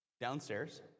downstairs